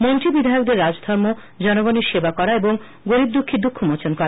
মন্ত্রী বিধায়কদের রাজধর্ম জনগনের সেবা করা ও গরীব দুখির দুখমোচন করা